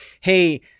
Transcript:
hey